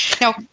Now